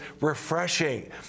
refreshing